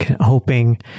hoping